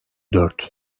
dört